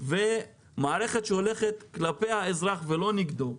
ומערכת שהולכת כלפי האזרח ולא נגדו,